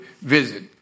visit